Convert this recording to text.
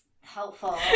helpful